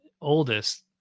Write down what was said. oldest